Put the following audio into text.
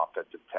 offensive